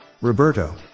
Roberto